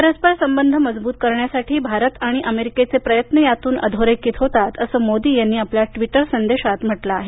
परस्पर संबंध मजबूत करण्यासाठी भारत आणि अमेरिकेचे प्रयत्न यातून अधोरेखित होतात असं मोदी यांनी आपल्या ट्वीटर संदेशात म्हटलं आहे